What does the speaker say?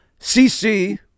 cc